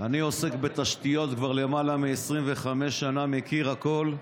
אני עוסק בתשתיות כבר למעלה מ-25 שנה, מכיר הכול.